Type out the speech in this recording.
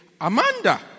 Amanda